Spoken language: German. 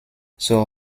zur